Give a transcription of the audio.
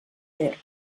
ver